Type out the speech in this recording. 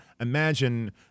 imagine